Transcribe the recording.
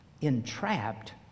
entrapped